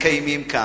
המתקיימים כאן,